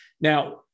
Now